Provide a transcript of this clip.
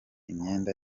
imyenda